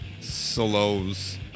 solos